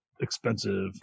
expensive